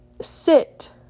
sit